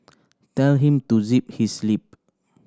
tell him to zip his lip